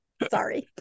Sorry